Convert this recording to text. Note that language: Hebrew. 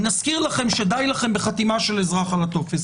נזכיר לכם שדי לכם בחתימה של אזרח על הטופס.